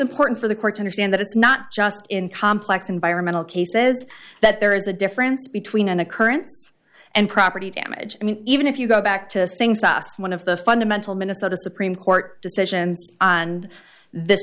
important for the court understand that it's not just in complex environmental cases that there is a difference between an occurrence and property damage i mean even if you go back to things i asked one of the fundamental minnesota supreme court decision on th